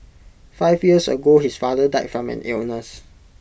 five years ago his father died from an illness